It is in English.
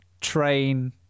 train